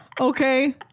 Okay